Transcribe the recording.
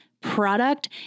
product